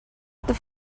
the